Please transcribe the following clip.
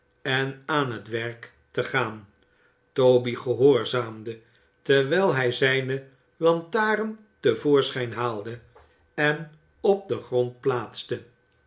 en aan het werk te gaan toby gehoorzaamde terwijl hij zijne lantaren te voorschijn haalde en op den grond plaatste